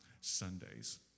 sundays